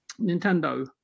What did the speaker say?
Nintendo